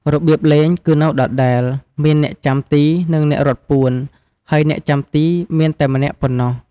របៀបលេងគឺនៅដដែល មានអ្នកចាំទី និង អ្នករត់ពួន ហើយអ្នកចាំទីមានតែម្នាក់ប៉ុណ្ណោះ។